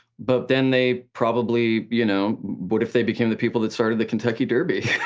but then they probably, you know, what if they became the people that started the kentucky derby?